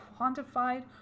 quantified